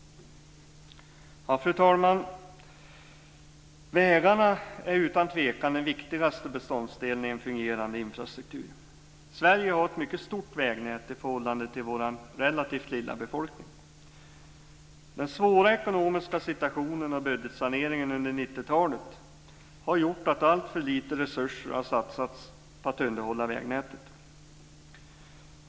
Fru talman! Vägarna är utan tvekan den viktigaste beståndsdelen i en fungerande infrastruktur. Sverige har ett mycket stort vägnät i förhållande till vår relativt lilla befolkning. Den svåra ekonomiska situationen och budgetsaneringen under 90-talet har gjort att alltför lite resurser har satsats på att underhålla vägnätet.